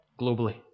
globally